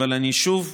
אבל, אני שוב,